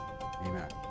Amen